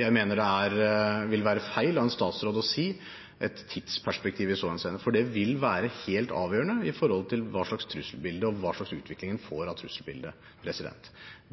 Jeg mener det vil være feil av en statsråd å gi et tidsperspektiv i så henseende, for det vil være helt avgjørende ut fra hva slags trusselbilde det er snakk om, og hva slags utvikling en får av trusselbildet.